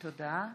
תודה.